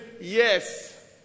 Yes